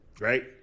right